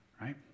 Right